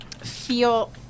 feel